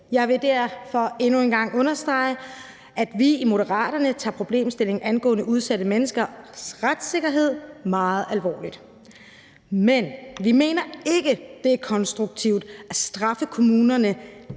en gang understrege, at vi i Moderaterne tager problemstillingen angående udsatte menneskers retssikkerhed meget alvorligt. Men vi mener ikke, at det er konstruktivt at straffe kommunerne,